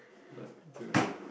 like to